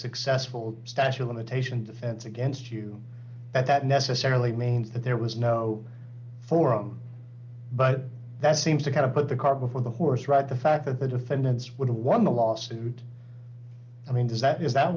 successful statue of limitation defense against you that that necessarily means that there was no forum but that seems to kind of put the cart before the horse right the fact that the defendants would have won the lawsuit i mean does that